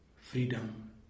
freedom